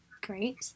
great